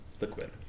liquid